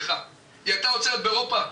היא הייתה עוצרת באירופה.